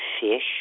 fish